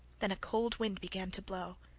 then a cold wind began to blow,